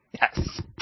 Yes